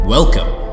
Welcome